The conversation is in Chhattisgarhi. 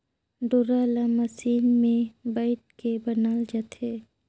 डोरा ल मसीन मे बइट के बनाल जाथे